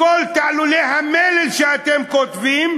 בכל תעלולי המלל שאתם כותבים,